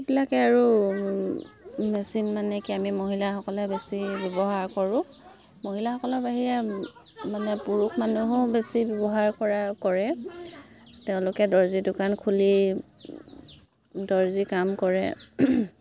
সেইবিলাকে আৰু মেচিন মানে কি আমি মহিলাসকলে বেছি ব্যৱহাৰ কৰোঁ মহিলাসকলৰ বাহিৰে মানে পুৰুষ মানুহেও বেছি ব্যৱহাৰ কৰা কৰে তেওঁলোকে দৰ্জী দোকান খুলি দৰ্জী কাম কৰে